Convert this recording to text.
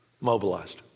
mobilized